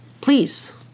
please